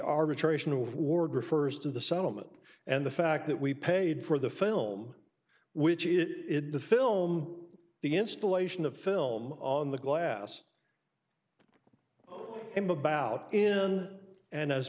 arbitration of ward refers to the sentiment and the fact that we paid for the film which is it the film the installation of film on the glass him about in and as